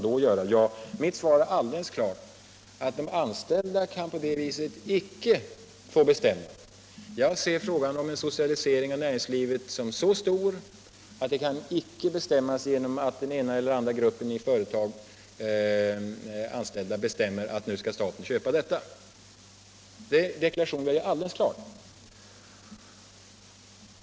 Ja, mitt svar är helt klart: De anställda kan icke få bestämma på det sättet. Jag anser frågan om en socialisering av näringslivet vara så stor att den icke kan bestämmas genom att den ena eller andra gruppen av anställda i företag uttalar att staten skall köpa in dessa företag.